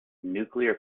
nuclear